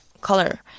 color